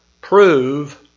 prove